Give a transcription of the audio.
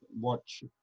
watch